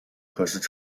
可是